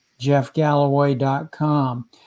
jeffgalloway.com